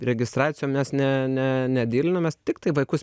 registracijom mes ne ne nedylinom mes tiktai vaikus